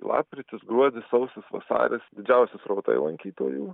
lapkritis gruodis sausis vasaris didžiausi srautai lankytojų